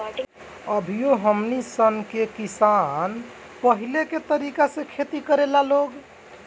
अभियो हमनी सन के किसान पाहिलके तरीका से खेती करेला लोग